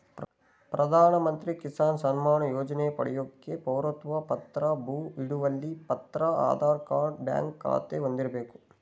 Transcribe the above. ಪ್ರಧಾನಮಂತ್ರಿ ಕಿಸಾನ್ ಸಮ್ಮಾನ್ ಯೋಜನೆ ಪಡ್ಯೋಕೆ ಪೌರತ್ವ ಪತ್ರ ಭೂ ಹಿಡುವಳಿ ಪತ್ರ ಆಧಾರ್ ಕಾರ್ಡ್ ಬ್ಯಾಂಕ್ ಖಾತೆ ಹೊಂದಿರ್ಬೇಕು